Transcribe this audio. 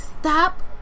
stop